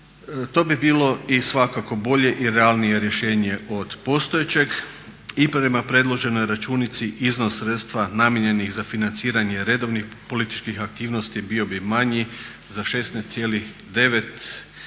To bi bilo i svakako bolje i realnije rješenje od postojećeg. I prema predloženoj računici iznos sredstva namijenjenih za financiranje redovnih političkih aktivnosti bio bi manji za 16,9